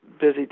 busy